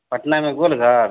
पटना में गोलघर